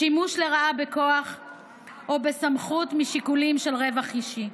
שימוש לרעה בכוח או בסמכות משיקולים של רווח אישי.